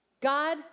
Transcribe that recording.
God